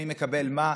מי מקבל מה.